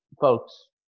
Folks